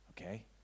Okay